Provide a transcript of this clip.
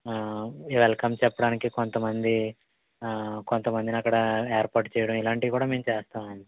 welcome చెప్పడానికి కొంత మంది కొంత మందిని అక్కడ ఏర్పాటు చెయ్యటం ఇలాంటివి కూడా మేము చేస్తాము